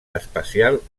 espacial